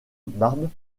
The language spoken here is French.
barbe